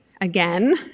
again